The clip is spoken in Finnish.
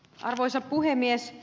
arvoisa puhemies